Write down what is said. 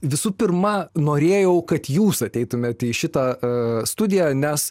visų pirma norėjau kad jūs ateitumėt į šitą studiją nes